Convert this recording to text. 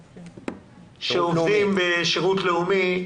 שעובדים בשירות לאומי,